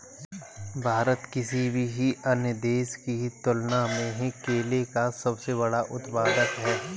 भारत किसी भी अन्य देश की तुलना में केले का सबसे बड़ा उत्पादक है